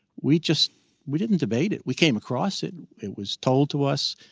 we just we didn't debate it. we came across. it it was told to us.